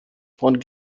von